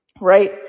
right